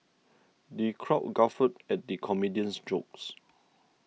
the crowd guffawed at the comedian's jokes